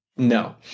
No